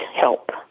help